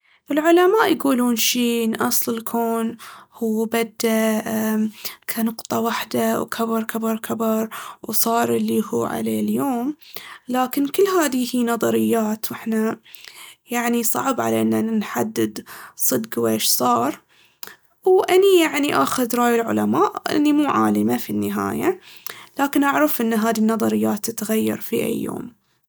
العلماء يقولون شي ان أصل الكون هو بدا كنقطة وحدة وكبر كبر كبر وصار هو اللي عليه اليوم. لكن كل هاذي هي نظريات واحنا يعني صعب علينا ان نحدد صدق ويش صار. وأني يعني آخذ راي العلماء لأني مو عالمة في النهاية، لكن أعرف ان هاذي النظريات تتغير في أي يوم.